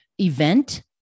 event